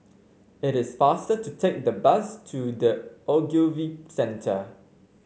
it is faster to take the bus to The Ogilvy Centre